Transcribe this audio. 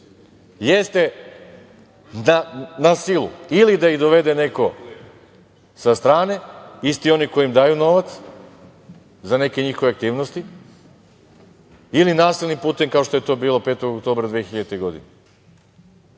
jeste na silu, ili da ih dovede neko sa strane, isti onaj koji im daje novac za neke njihove aktivnosti, ili nasilnim putem kao što je to bilo 5. oktobra 2000. godine.